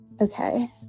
Okay